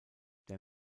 der